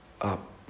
up